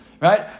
right